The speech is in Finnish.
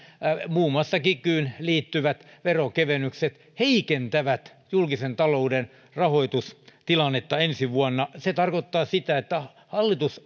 muun muassa kikyyn liittyvät veronkevennykset heikentävät julkisen talouden rahoitustilannetta ensi vuonna tarkoittaa sitä että hallitus